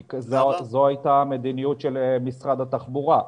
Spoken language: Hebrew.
כי זו הייתה המדיניות של משרד התחבורה,